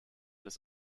des